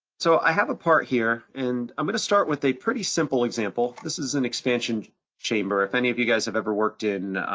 so i have a part here and i'm gonna start with a pretty simple example, this is an expansion chamber, if any of you guys have ever worked in